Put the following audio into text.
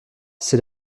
c’est